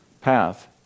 path